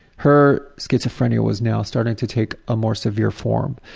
her schizophrenia was now starting to take a more severe form.